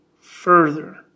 further